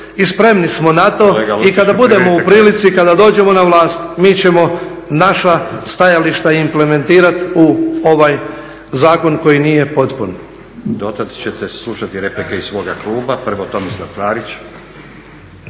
Privedite kraju./ … kada dođemo na vlast, mi ćemo naša stajališta implementirati u ovaj zakon koji nije potpun.